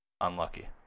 Unlucky